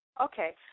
Okay